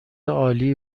عالی